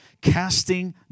casting